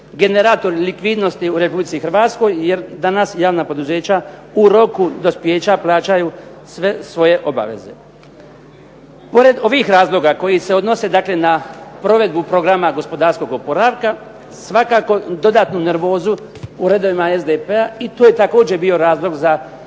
generatori likvidnosti u Republici Hrvatskoj jer danas javna poduzeća u roku dospijeća plaćaju sve svoje obaveze. Pored ovih razloga koji se odnose na provedbu Programa gospodarskog oporavka svakako dodatnu nervozu u redovima SDP-a i to je također bio razlog za